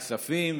הכספים.